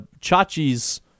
Chachi's